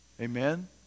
amen